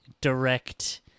direct